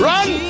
Run